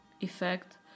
effect